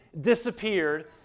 disappeared